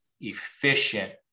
efficient